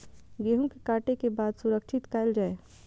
गेहूँ के काटे के बाद सुरक्षित कायल जाय?